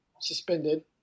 suspended